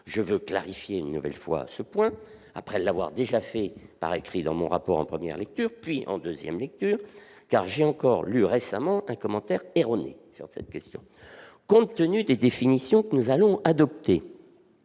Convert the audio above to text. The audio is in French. Je veux préciser une nouvelle fois ce point, après l'avoir déjà fait par écrit dans mon rapport en première lecture, puis en deuxième lecture, car j'ai encore lu récemment un commentaire erroné sur cette question. Compte tenu des définitions que nous allons adopter,